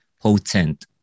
potent